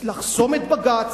לחסום את בג"ץ,